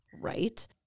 right